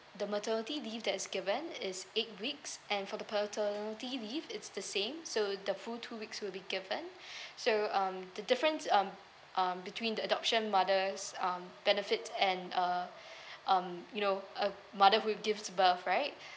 the maternity leave that's given is eight weeks and for the paternity leave it's the same so the full two weeks will be given so um the difference um um between the adoption mother's um benefit and uh um you know uh mother who gives birth right